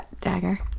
dagger